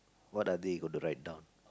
what are they gona write down